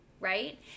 right